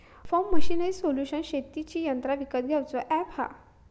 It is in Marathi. फॉर्म मशीनरी सोल्यूशन शेतीची यंत्रा विकत घेऊचा अॅप हा